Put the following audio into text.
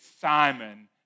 Simon